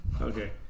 Okay